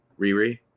Riri